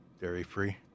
Dairy-free